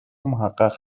محقق